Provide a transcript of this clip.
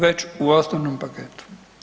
Već u osnovnom paketu.